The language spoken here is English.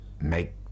make